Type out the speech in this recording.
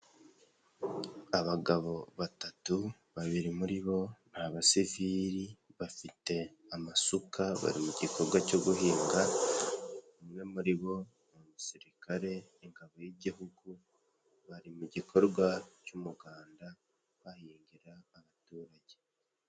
Abagabo batatu babiri muri bo ni abasivili bafite amasuka bari mu gikorwa cyo guhinga, umwe muri bo umusirikare ingabo y'igihugu bari mu gikorwa cy'umuganda, bahingira abaturage.